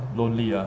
lonely